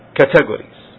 categories